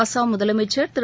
அஸ்ஸாம் முதலமைச்சர் திரு